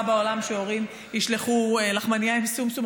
בעולם שהורים ישלחו לחמנייה עם שומשום,